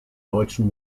deutschen